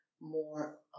more